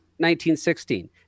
1916